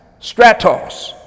Stratos